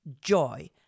joy